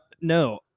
no